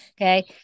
Okay